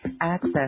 Access